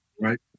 Right